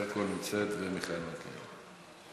ברקו, נמצאת, ומיכאל מלכיאלי.